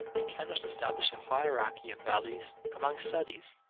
we cannot establish a hierarchy of values among studies.